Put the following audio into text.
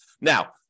Now